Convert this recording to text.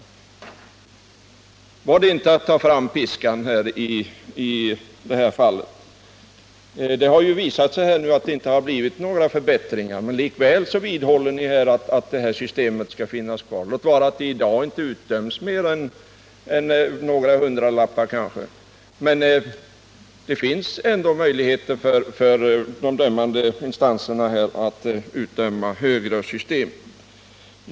Var det inte att ta fram piskan? Nu har det ju visat sig att det inte blev några förbättringar. Likväl vidhåller ni att systemet skall finnas kvar, låt vara att det i dag inte utdöms mer än några hundralappar. Men det finns ändå möjligheter för de dömande instanserna att utdöma högre belopp.